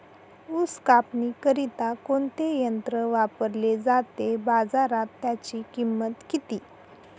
ऊस कापणीकरिता कोणते यंत्र वापरले जाते? बाजारात त्याची किंमत किती?